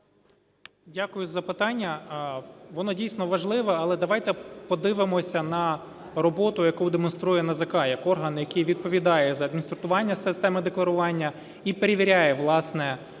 Дякую за питання, воно дійсно важливе. Але давайте подивимося на роботу, яку демонструє НАЗК як орган, який відповідає за адміністрування системи декларування і перевіряє, власне,